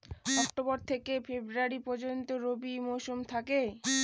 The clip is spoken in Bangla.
অক্টোবর থেকে ফেব্রুয়ারি পর্যন্ত রবি মৌসুম থাকে